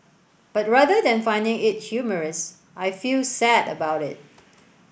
but rather than finding it humorous I feel sad about it